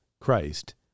Christ